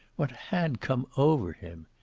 what had come over him?